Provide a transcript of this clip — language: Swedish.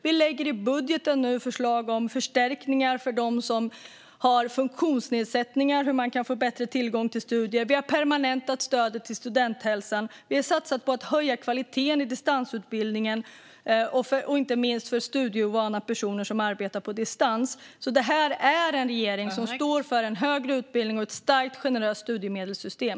Vi lägger i budgeten nu förslag om förstärkningar för dem som har funktionsnedsättningar och hur de kan få bättre tillgång till studier. Vi har permanentat stödet till Studenthälsan. Vi har satsat på att höja kvaliteten i distansutbildningen, inte minst för studieovana personer som arbetar på distans. Det här är en regering som står för en högre utbildning och ett starkt och generöst studiemedelssystem.